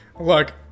Look